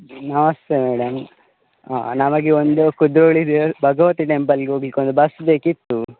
ನಮಸ್ತೆ ಮೇಡಮ್ ನಮಗೆ ಒಂದು ಕುದ್ರೋಳಿ ದೇವ ಭಗವತಿ ಟೆಂಪಲ್ಗೆ ಹೋಗ್ಲಿಕ್ ಒಂದು ಬಸ್ ಬೇಕಿತ್ತು